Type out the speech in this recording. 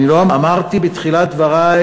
אמרתי בתחילת דברי,